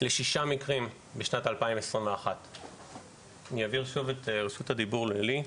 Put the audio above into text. לשישה מקרים בשנת 2021. אני אעביר שוב את רשות הדיבור ללי.